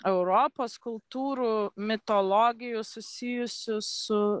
europos kultūrų mitologijų susijusių su